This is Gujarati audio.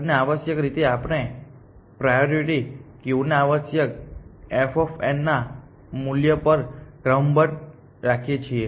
અને આવશ્યકરીતે આપણે પ્રાયોરિટી ક્યુ ને આવશ્યકરીતે f ના આ મૂલ્ય પર ક્રમબદ્ધ રાખીએ છીએ